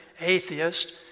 atheist